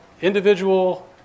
individual